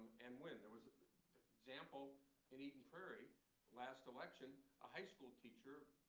and win. there was an example in eden prairie. the last election a high school teacher